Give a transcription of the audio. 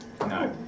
No